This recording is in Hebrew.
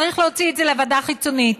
צריך להוציא את זה לוועדה חיצונית,